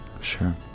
sure